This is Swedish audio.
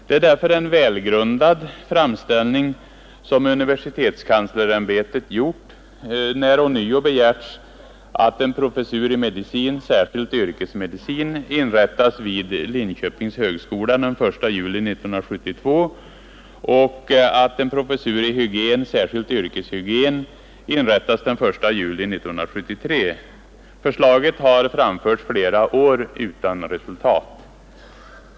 Det är därför en välgrundad framställning som universitetskanslersämbetet har gjort, när man ånyo begärt att en professur i medicin, särskilt yrkesmedicin, inrättas vid Linköpings högskola den 1 juli 1972 och att en professur i hygien, särskilt yrkeshygien, inrättas den 1 juli 1973. Förslaget har framförts flera år utan resultat.